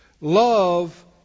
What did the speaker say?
Love